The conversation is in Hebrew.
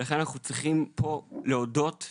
לכן אנחנו צריכים להודות פה